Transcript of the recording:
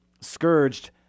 scourged